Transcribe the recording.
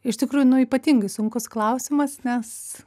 iš tikrųjų nu ypatingai sunkus klausimas nes